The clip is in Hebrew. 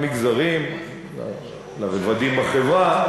למגזרים, לרבדים בחברה.